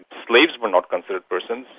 slaves were not considered persons,